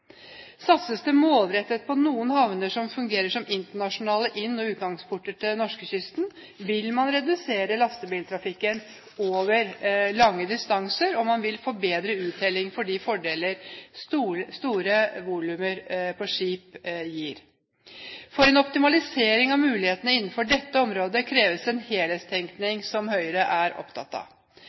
Satses det målrettet på noen havner som fungerer som internasjonale inn- og utgangsporter til norskekysten, vil man redusere lastebiltrafikken over lange distanser, og man vil få bedre uttelling for de fordeler store volumer på skip gir. For en optimalisering av mulighetene innenfor dette området kreves en helhetstenkning som Høyre er opptatt av.